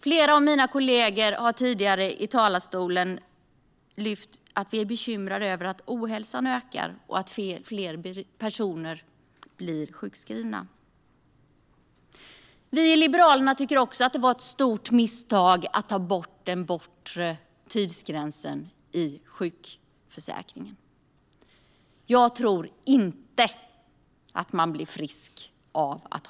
Flera av mina kollegor har tidigare i talarstolen lyft upp att de är bekymrade över att ohälsan ökar och att fler personer blir sjukskrivna. Vi i Liberalerna tycker också att det var ett stort misstag att ta bort den bortre tidsgränsen i sjukförsäkringen. Jag tror inte att man blir frisk av det.